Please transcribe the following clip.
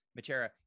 Matera